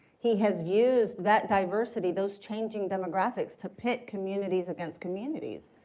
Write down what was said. he has used that diversity, those changing demographics to pit communities against communities.